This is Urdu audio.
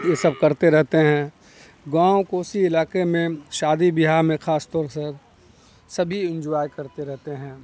یہ سب کرتے رہتے ہیں گاؤں کوسی علاقے میں شادی بیاہ میں خاص طور سر سبھی انجوائے کرتے رہتے ہیں